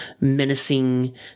menacing